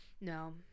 no